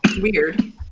Weird